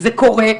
זה קורה,